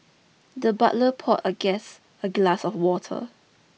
the butler pour a guest a glass of water